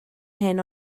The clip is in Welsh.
hyn